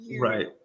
Right